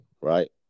right